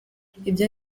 ibyo